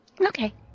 Okay